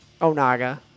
Onaga